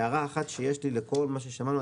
הערה אחת שיש לי על כל מה ששמענו,